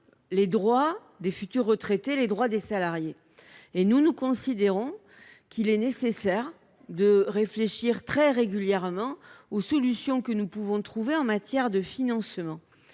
les droits des futurs retraités, donc ceux des salariés. Pour notre part, nous considérons qu’il est nécessaire de réfléchir très régulièrement aux solutions que nous pouvons trouver en matière de financement.